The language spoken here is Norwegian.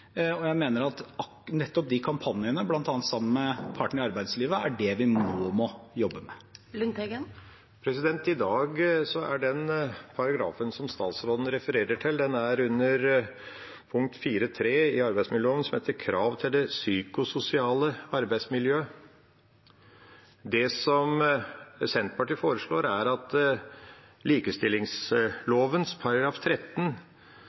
Jeg mener at kampanjene man har sammen med partene i arbeidslivet, er det vi nå må jobbe med. Overskriften til den paragrafen som statsråden refererer til, § 4-3 under arbeidsmiljøloven, er i dag: Krav til det psykososiale arbeidsmiljøet. Det Senterpartiet foreslår, er at formuleringene i likestillings- og diskrimineringsloven § 13